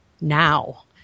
now